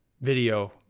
video